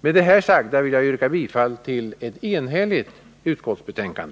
Med det här sagda vill jag yrka bifall till ett enhälligt utskottsbetänkande.